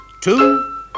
two